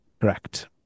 Correct